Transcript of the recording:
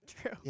True